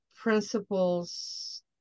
principles